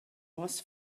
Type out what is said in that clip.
was